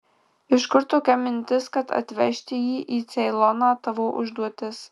iš kur tokia mintis kad atvežti jį į ceiloną tavo užduotis